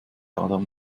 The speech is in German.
adam